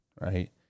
right